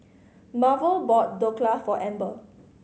Marvel bought Dhokla for Amber